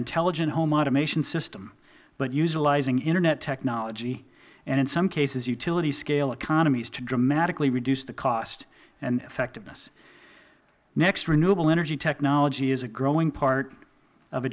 intelligent home automation system but utilizing internet technology and in some cases utility scale economies to dramatically reduce the cost and effectiveness next renewable energy technology is a growing part of